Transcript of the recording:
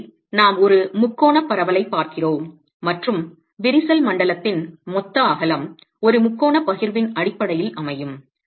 எனவே நாம் ஒரு முக்கோணப் பரவலைப் பார்க்கிறோம் மற்றும் விரிசல் மண்டலத்தின் மொத்த அகலம் ஒரு முக்கோணப் பகிர்வின் அடிப்படையில் அமையும்